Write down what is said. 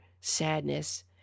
sadness